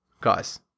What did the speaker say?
guys